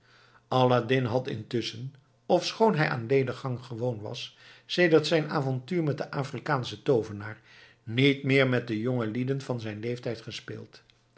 aladdin had intusschen ofschoon hij aan lediggang gewoon was sedert zijn avontuur met den afrikaanschen toovenaar niet meer met jongelieden van zijn leeftijd gespeeld